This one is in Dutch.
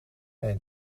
mijn